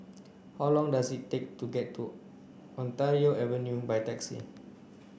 how long does it take to get to Ontario Avenue by taxi